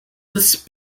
this